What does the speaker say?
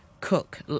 cook